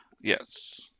Yes